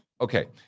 Okay